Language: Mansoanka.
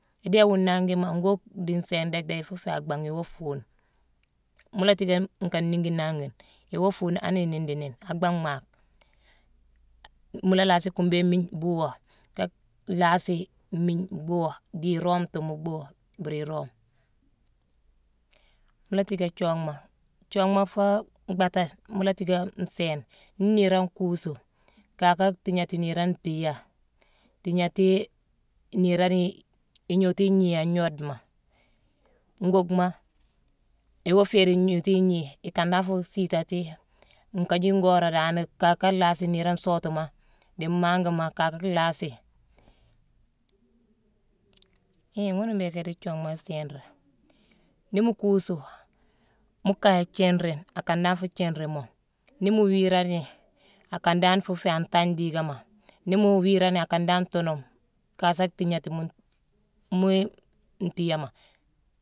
Idéé wuu naangima, nkuuk dii nsééne déck ifuu féé ak bangh, iwoo nfuune. Mu la tické nka nniigi naangiyone. Iwoo fuune hanii niinde dii nnééne. Ak bhangh maak. Muu la laasi kuumbéne mmiigne bhuuwo, ka laasi mmigne bhuuwoo dii iroometuma bhuuwoo mbiiri iroome. Mu la diické thionghma. Thionghma afuu bhaaté mu la tiiké nsééne, niirane kuusu, kaaka thiignéétine niirane ntééya, tiignati niirane nii ignootu ngii an gnoodema. Nkuuckma, iwoo féérine gnootu ignii, ikan dan ifuu siitati nkaajii gooré dan kaaka laasi niirane sootuma, dii mmangema kaaka lhaasi hii ghuna mbhiiké idii thionghma siiré. Nii mu kuusu, mu kaye thiirine, akan dan fuu thiirine moo. nii muu wiirani, akan dan fuu féé an taagne diikama. Nii mu wiirani, akan dan tuunume kaasa thiignati mu-mu ntiiyéma